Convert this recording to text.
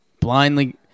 Blindly